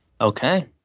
Okay